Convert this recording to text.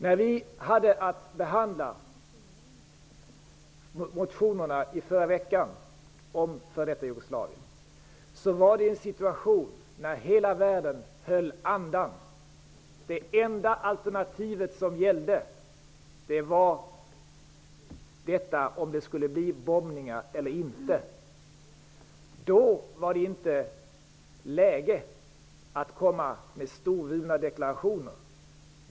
När vi i förra veckan behandlade motionerna om f.d. Jugoslavien, var det i en situation när hela världen höll andan. Det enda alternativet som gällde var frågan om det skulle bli bombningar eller inte. Då var det inte läge att komma med storvulna deklarationer.